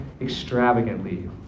extravagantly